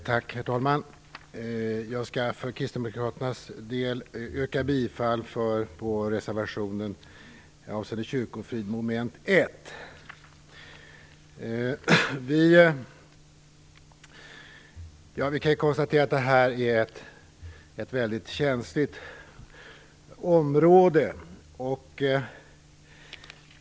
Herr talman! Jag skall för Kristdemokraternas del yrka bifall till reservationen avseende kyrkofrid i moment 1. Vi kan konstatera att detta är ett väldigt känsligt område.